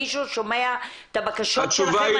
מישהו שומע את הבקשות שלכם?